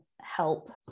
help